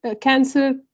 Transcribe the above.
cancer